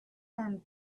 armed